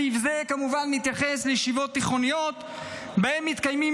סעיף זה כמובן מתייחס לישיבות תיכוניות שבהן מתקיימים